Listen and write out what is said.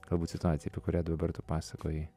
galbūt situacija kurią dabar tu pasakoji